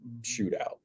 shootout